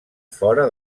fora